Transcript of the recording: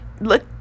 Look